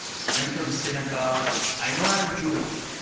we went to the synagogue, i know i am jewish,